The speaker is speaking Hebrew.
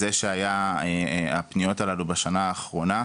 זה שהיו הפניות הללו בשנה האחרונה,